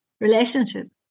relationship